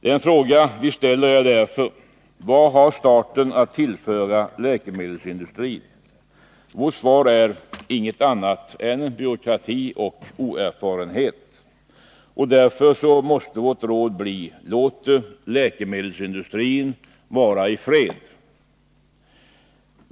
Den fråga vi ställer är därför: Vad har staten att tillföra läkemedelsindustrin? Vårt svar är: inget annat än byråkrati och oerfarenhet. Därför måste vårt råd bli: Låt läkemedelsindustrin vara i fred!